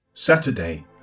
saturday